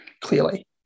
clearly